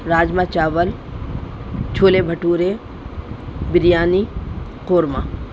راجما چاول چھولے بھٹورے بریانی قورمہ